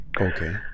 Okay